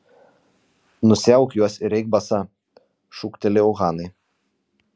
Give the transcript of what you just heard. nusiauk juos ir eik basa šūktelėjau hanai